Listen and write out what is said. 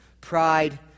pride